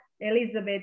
Elizabeth